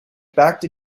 backed